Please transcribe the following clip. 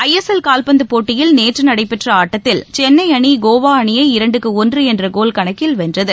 ISL கால்பந்துப் போட்டியில் நேற்று நடைபெற்ற ஆட்டத்தில் சென்னை அணி கோவா அணியை இரண்டுக்கு ஒன்று என்ற கோல் கணக்கில் வென்றது